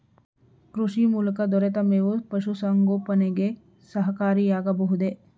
ಕೃಷಿ ಮೂಲಕ ದೊರೆತ ಮೇವು ಪಶುಸಂಗೋಪನೆಗೆ ಸಹಕಾರಿಯಾಗಬಹುದೇ?